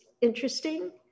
interesting